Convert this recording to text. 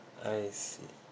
I see